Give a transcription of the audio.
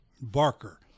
Barker